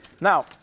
Now